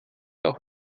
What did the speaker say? auch